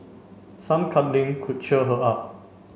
some cuddling could cheer her up